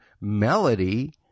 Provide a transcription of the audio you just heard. melody